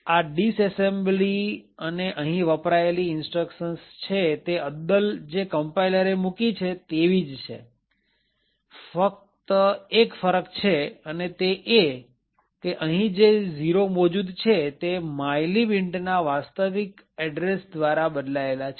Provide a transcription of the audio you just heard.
આ ડિસેસેમ્બ્લી અને અહીં વપરાયેલી instructions છે તે અદ્દલ જે કમ્પાઈલરે મૂકી છે તેવી જ છે ફક્ત એક ફરક છે અને તે એ કે અહીં જે ઝીરો મોજુદ છે તે mylib intના વાસ્તવિક એડ્રેસ દ્વારા બદલાઈ ગયા છે